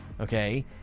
Okay